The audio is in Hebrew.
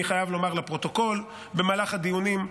אני חייב לומר לפרוטוקול: במהלך הדיונים,